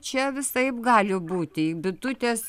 čia visaip gali būti bitutės